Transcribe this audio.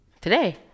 Today